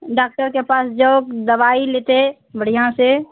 डॉक्टरके पास जाउ दवाइ लेतय बढ़िआँसँ